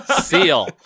Seal